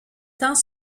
temps